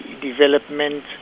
development